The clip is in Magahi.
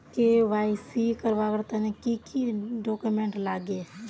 के.वाई.सी करवार तने की की डॉक्यूमेंट लागे?